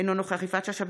אינו נוכח יפעת שאשא ביטון,